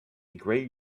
gray